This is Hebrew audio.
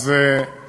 אם